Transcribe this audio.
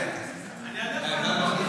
אני אענה לך.